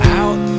out